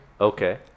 Okay